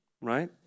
right